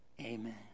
Amen